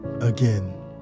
Again